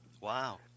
Wow